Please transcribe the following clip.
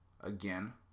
again